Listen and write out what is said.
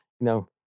no